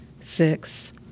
six